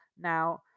now